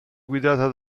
guidata